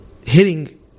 hitting